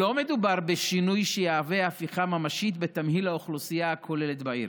לא מדובר בשינוי שיהווה הפיכה ממשית בתמהיל האוכלוסייה הכוללת בעיר.